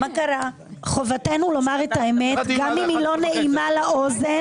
ואת הדברים גם אם אינם נעימים לאוזן